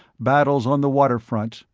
battles on the waterfront,